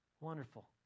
Wonderful